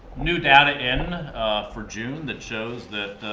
new data in for june that shows that,